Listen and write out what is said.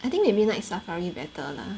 I think maybe Night Safari better lah